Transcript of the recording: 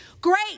Great